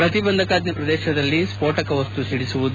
ಪ್ರತಿಬಂಧಕಾಜ್ಞೆ ಪ್ರದೇಶದಲ್ಲಿ ಸ್ಫೋಟಕ ಮಸ್ತು ಸಿಡಿಸುವುದು